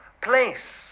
place